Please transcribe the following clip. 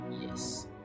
Yes